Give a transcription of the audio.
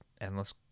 endless